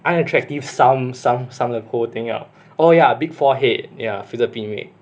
unattractive sum sum sum the whole thing up oh ya big forehead ya philippines maid